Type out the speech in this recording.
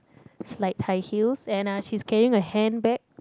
slight high heels and uh she's carrying a handbag